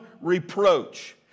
reproach